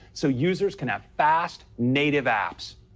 so users can have fast, native apps.